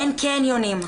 אין קניונים.